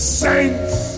saints